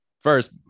first